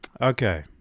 Okay